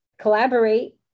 collaborate